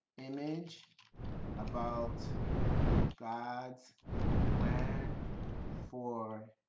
image about god's plan for